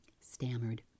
stammered